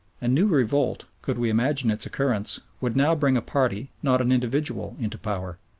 a new revolt, could we imagine its occurrence, would now bring a party, not an individual, into power.